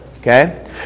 Okay